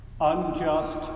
unjust